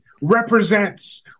represents